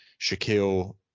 Shaquille